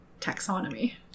taxonomy